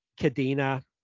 Cadena